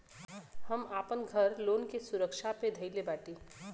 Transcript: हम आपन घर लोन के सुरक्षा मे धईले बाटी